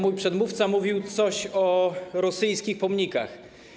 Mój przedmówca mówił coś o rosyjskich pomnikach.